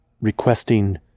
requesting